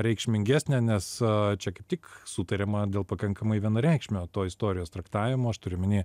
reikšmingesnė nes čia kaip tik sutariama dėl pakankamai vienareikšmio to istorijos traktavimo aš turiu omeny